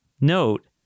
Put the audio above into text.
note